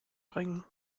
bringen